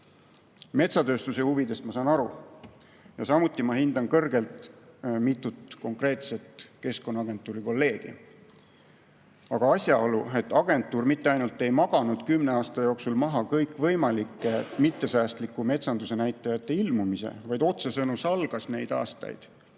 Metsatööstuse huvidest ma saan aru ja samuti ma hindan kõrgelt mitut konkreetset kolleegi Keskkonnaagentuurist. Aga asjaolu, et agentuur mitte ainult ei maganud kümne aasta jooksul maha kõikvõimalike mittesäästliku metsanduse näitajate ilmumise, vaid otsesõnu salgas neid aastaid,